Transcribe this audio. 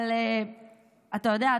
אתה יודע,